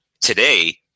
today